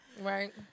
Right